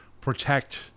protect